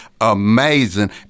amazing